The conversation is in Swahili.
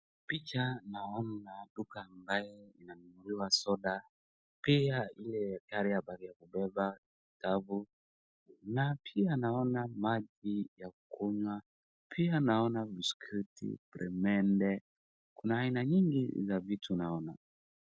Picha naona duka ambaye inanunuliwa soda, pia ile [cscarrier bag ya kubeba vitabu, pia naona maji ya kunywa, pia naona biscuit, peremende , kuna aina nyinyi za vitu naona.